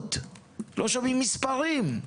ודאות ולא שומעים מספרים.